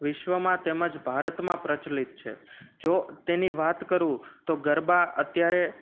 વિશ્વમાં તેમજ ભારતમાં પ્રચલિત છે જો તેની વાત કરું તો ગરબા અત્યારે